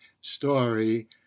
story